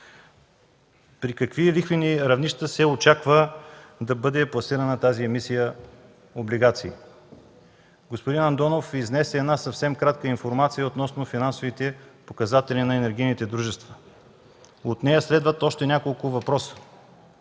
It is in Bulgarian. При какви лихвени равнища се очаква да бъде пласирана тази емисия облигации? Господин Андонов изнесе една съвсем кратка информация относно финансовите показатели на енергийните дружества. От нея следват още няколко въпроса: